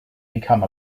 become